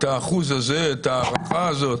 ההערכה הזאת